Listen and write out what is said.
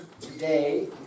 today